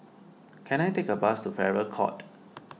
can I take a bus to Farrer Court